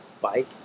bike